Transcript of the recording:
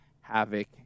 Havoc